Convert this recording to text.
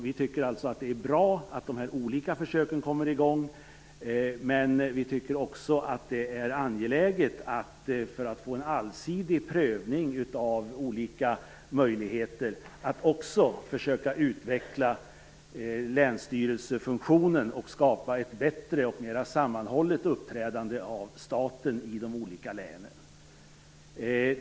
Vi tycker alltså att det är bra att de olika försöken kommer i gång, men vi tycker också att det för att få en allsidig prövning av olika möjligheter är angeläget att också försöka utveckla länsstyrelsefunktionen och skapa ett bättre och mera sammanhållet uppträdande av staten i de olika länen.